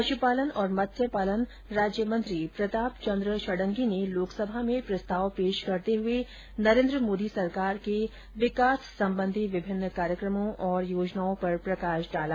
पश्पालन और मत्स्य पालन राज्यमंत्री प्रताप चंद्र षडंगी ने लोकसभा में प्रस्ताव पेश करते हुए नरेंद्र मोदी सरकार के विकास संबंधी विभिन्न कार्यक्रमो और योजनाओं पर प्रकाश डाला